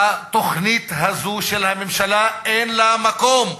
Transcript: התוכנית הזאת של הממשלה אין לה מקום.